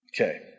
Okay